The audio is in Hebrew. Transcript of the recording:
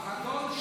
אבקש לסיים.